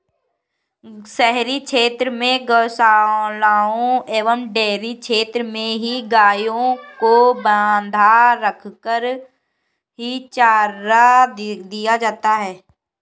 शहरी क्षेत्र में गोशालाओं एवं डेयरी क्षेत्र में ही गायों को बँधा रखकर ही चारा दिया जाता है